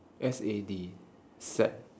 S A D sad